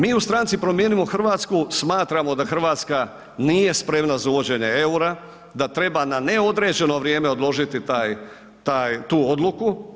Mi u stranci Promijenimo Hrvatsku smatramo da Hrvatska nije spremna za uvođenje eura, da treba na neodređeno vrijeme odložiti tu odluku.